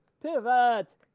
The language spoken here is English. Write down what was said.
pivot